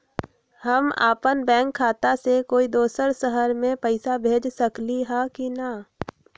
हम अपन बैंक खाता से कोई दोसर शहर में पैसा भेज सकली ह की न?